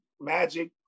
Magic